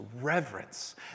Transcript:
reverence